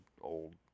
old